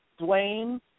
Dwayne